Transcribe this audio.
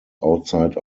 outside